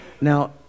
now